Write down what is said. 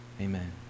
Amen